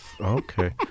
Okay